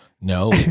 no